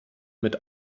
mit